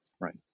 right